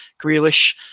Grealish